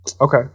Okay